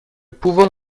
pouvons